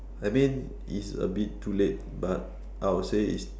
I mean it's a bit too late but I would say it's